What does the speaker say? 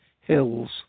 hills